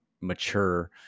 mature